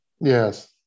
Yes